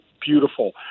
beautiful